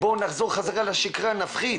בואו נחזור חזרה לשגרה ונפחית.